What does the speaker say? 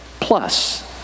plus